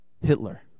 Hitler